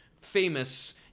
famous